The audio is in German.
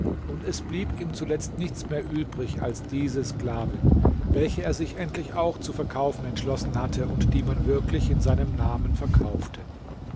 und es blieb ihm zuletzt nichts mehr übrig als diese sklavin welche er sich endlich auch zu verkaufen entschlossen hatte und die man wirklich in seinem namen verkaufte